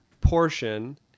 portion